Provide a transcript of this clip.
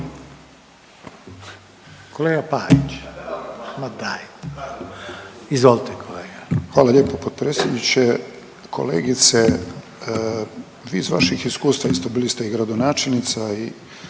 Kolega Pavić pa dajte, izvolite kolega.